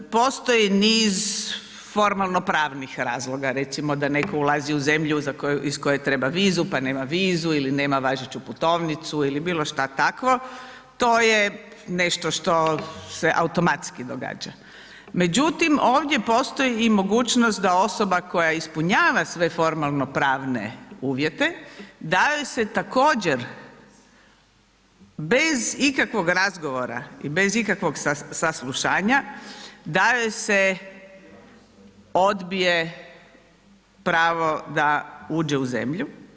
Postoji niz formalno pravnih razloga, recimo da netko ulazi u zemlju iz koje treba vizu, pa nema vizu, ili nema važeću putovnicu, ili bilo šta takvo, to je nešto što se automatski događa, međutim ovdje postoji i mogućnost da osoba koja ispunjava sve formalno pravne uvijete da joj se također bez ikakvog razgovora i bez ikakvog saslušanja, da joj se odbije pravo da uđe u zemlju.